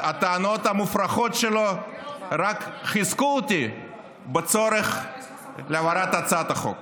זה, אני רוצה להציג בפניכם את הצעת החוק